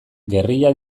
gerrilla